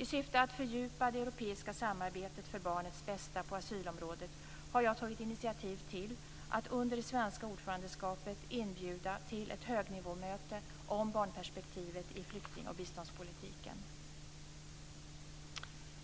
I syfte att fördjupa det europeiska samarbetet för barnets bästa på asylområdet har jag tagit initiativ till att under det svenska ordförandeskapet inbjuda till ett högnivåmöte om barnperspektivet i flykting och biståndspolitiken.